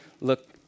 look